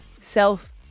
self-